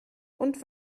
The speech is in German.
und